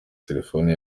telephone